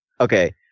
Okay